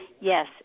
Yes